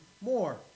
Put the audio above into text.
more